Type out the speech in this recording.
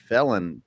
Felon